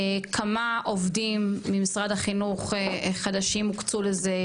כמה עובדים ממשרד החינוך חדשים הוקצו לזה?